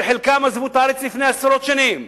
שחלקם עזבו את הארץ לפני עשרות שנים,